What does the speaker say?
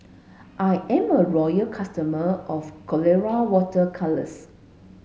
I'm a loyal customer of Colora water colours